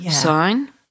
sign